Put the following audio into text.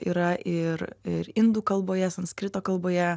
yra ir ir indų kalboje sanskrito kalboje